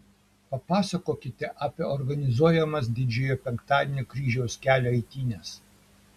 papasakokite apie organizuojamas didžiojo penktadienio kryžiaus kelio eitynes